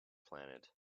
planet